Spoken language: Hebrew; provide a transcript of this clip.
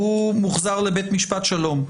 הוא מוחזר לבית משפט שלום.